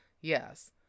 Yes